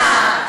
תודה.